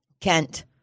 Kent